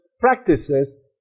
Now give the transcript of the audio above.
practices